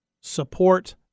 support